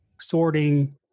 sorting